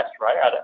right